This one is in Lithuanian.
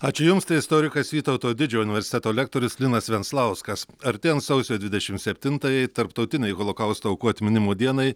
ačiū jums tai istorikas vytauto didžiojo universiteto lektorius linas venclauskas artėjant sausio dvidešimt septintajai tarptautinei holokausto aukų atminimo dienai